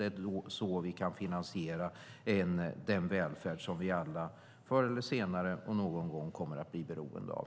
Det är så vi kan finansiera den välfärd som vi alla förr eller senare någon gång kommer att bli beroende av.